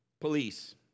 police